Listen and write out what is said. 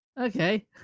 Okay